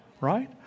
right